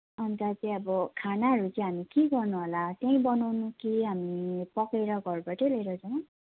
अन्त चाहिँ अब खानाहरू चाहिँ हामी के गर्नुहोला त्यहीँ बनाउनु कि हामी पकाएर घरबाटै लिएर जाउँ